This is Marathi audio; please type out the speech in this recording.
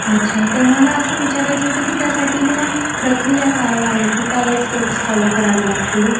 अच्छा तर मला असं विचारायचं होतं की त्यासाठी मग प्रक्रिया काय आहे की काय स्टेप्स फॉलो करावे लागतील